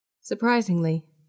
Surprisingly